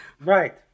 Right